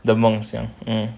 the 梦想 mm